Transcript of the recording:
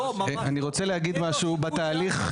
אדוני יושב הראש אני רוצה להגיד משהו בתהליך.